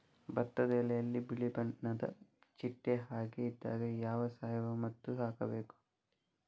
ಭತ್ತದ ಎಲೆಯಲ್ಲಿ ಬಿಳಿ ಬಣ್ಣದ ಚಿಟ್ಟೆ ಹಾಗೆ ಇದ್ದಾಗ ಯಾವ ಸಾವಯವ ಮದ್ದು ಹಾಕಬೇಕು?